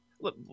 Look